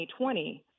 2020